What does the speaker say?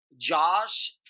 Josh